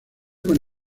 con